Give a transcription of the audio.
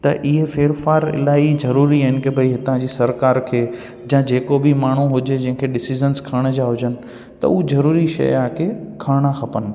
त हीअ फेर फार इलाही ज़रूरी आहिनि की भाई हुतां जी सरिकार खे जां जेको बि माण्हू हुजे जंहिंखे डिसिज़न्स खणण जा हुजनि त हू जरूरी शइ आहे की खणणु खपनि